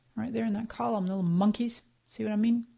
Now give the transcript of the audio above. right there in that column. no monkeys, see what i mean?